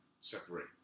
separate